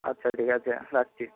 আচ্ছা ঠিক আছে রাখছি